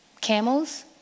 camels